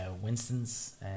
Winstons